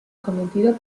cometido